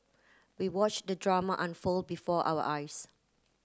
we watch the drama unfold before our eyes